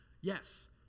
Yes